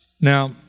Now